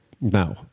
No